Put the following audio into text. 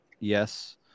Yes